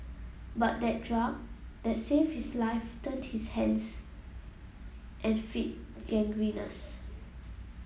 but the drug that saved his life turned his hands and feet gangrenous